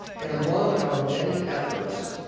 and among our many efforts